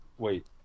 wait